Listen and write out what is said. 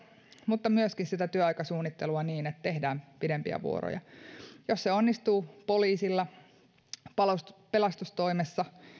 mutta myöskin teemme työaikasuunnittelua niin että tehdään pidempiä vuoroja jos se onnistuu poliisilla ja pelastustoimessa